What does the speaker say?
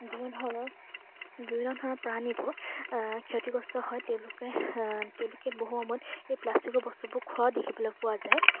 বিভিন্ন ধৰণৰ বিভিন্ন ধৰণৰ প্ৰাণীবোৰ ক্ষতিগ্ৰস্ত হয় তেওঁলোকে তেওঁলোকে বহু সময়ত এই প্লাষ্টিকৰ বস্তুবোৰ খোৱাও দেখিবলৈ পোৱা যায়